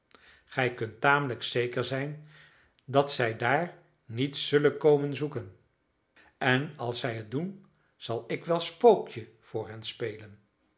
gij kunt tamelijk zeker zijn dat zij daar niet zullen komen zoeken en als zij het doen zal ik wel spookje voor hen spelen